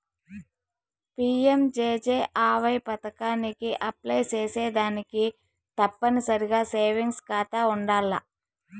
PMJJAY పదకానికి apply సేసేదానికి తప్పనిసరిగా సేవింగ్స్ కాతా ఉండాల్ల